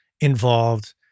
involved